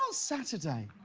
so saturday?